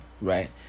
right